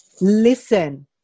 Listen